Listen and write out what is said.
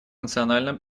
национальном